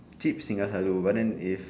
cheap singgah selalu but then if